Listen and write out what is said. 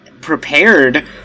prepared